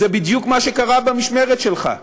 זה בדיוק מה שקרה במשמרת שלך.